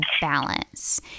balance